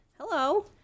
Hello